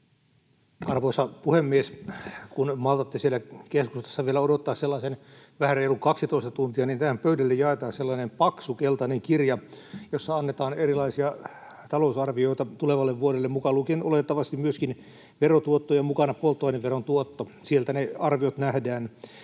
Arvoisa puhemies! Kun maltatte siellä keskustassa vielä odottaa vähän reilut 12 tuntia, niin teidän pöydillenne jaetaan sellainen paksu keltainen kirja, jossa annetaan erilaisia talousarvioita tulevalle vuodelle, mukaan lukien oletettavasti myöskin verotuottojen mukana polttoaineveron tuotto. Sieltä ne arviot nähdään.